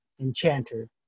enchanter